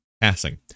passing